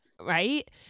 Right